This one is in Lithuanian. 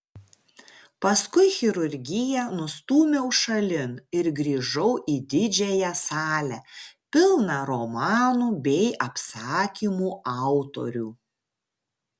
paskui chirurgiją nustūmiau šalin ir grįžau į didžiąją salę pilną romanų bei apsakymų autorių